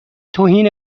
توهین